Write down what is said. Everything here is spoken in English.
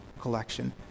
collection